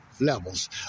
levels